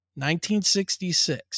1966